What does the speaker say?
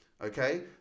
Okay